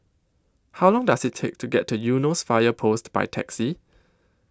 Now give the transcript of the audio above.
How Long Does IT Take to get to Eunos Fire Post By Taxi